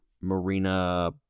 Marina